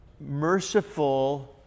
merciful